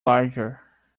larger